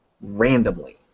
randomly